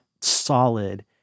solid